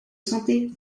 santé